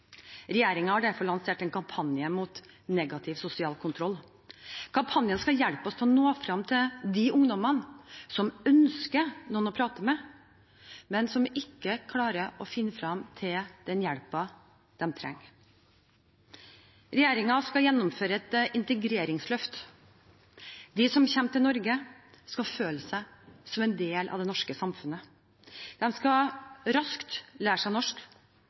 har derfor lansert en kampanje mot negativ sosial kontroll. Kampanjen skal hjelpe oss til å nå frem til de ungdommene som ønsker noen å prate med, men som ikke klarer å finne frem til den hjelpen de trenger. Regjeringen skal gjennomføre et integreringsløft. De som kommer til Norge, skal føle seg som en del av det norske samfunnet. De skal raskt lære seg norsk